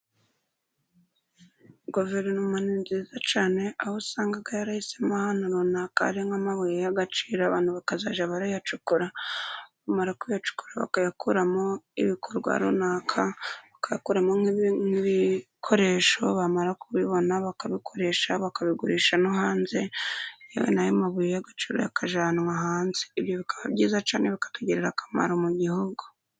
Guverinoma ni nziza cyane, aho usanga yarahisemo ahantu runaka hari nk'amabuye y'agaciro, abantu bakazajya barayacukura, bamara kuyacukura bakayakuramo ibikorwa runaka, bakayakuramo nk'ibikoresho, bamara kubibona bakabikoresha, bakabigurisha no hanze , yewe nayo mabuye y'agaciro akajyanwa hanze, ibyo bikaba byiza cyane bikatugirira akamaro mu gihugu.